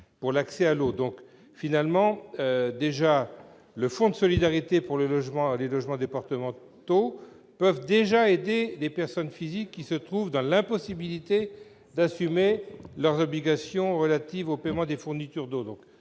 pour l'accès à l'eau ». Or les fonds de solidarité pour le logement départementaux peuvent déjà aider les personnes physiques qui se trouvent « dans l'impossibilité d'assumer leurs obligations relatives au paiement des fournitures d'eau,